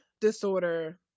disorder